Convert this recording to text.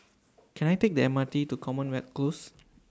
Can I Take The M R T to Commonwealth Close